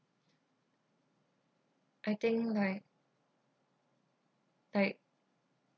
I think like like